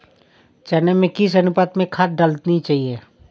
चने में किस अनुपात में खाद डालनी चाहिए?